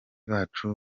bacu